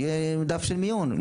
יהיה דף של מיון,